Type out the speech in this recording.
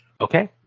Okay